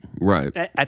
right